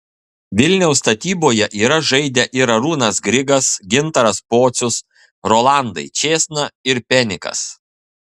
vilniaus statyboje yra žaidę ir arūnas grigas gintaras pocius rolandai čėsna ir penikas